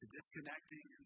disconnecting